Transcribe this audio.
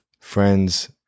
friends